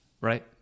Right